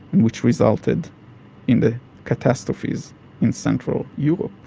which resulted in the catastrophes in central europe,